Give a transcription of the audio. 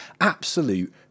Absolute